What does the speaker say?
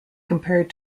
compared